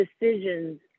decisions